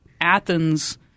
Athens –